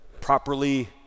properly